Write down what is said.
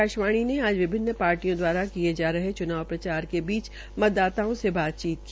आकाशवाणी ने आज विभिन्न पार्टियों दवारा किये जा रहे च्नाव प्रचार के बीच मतदाताओं में बातचीत की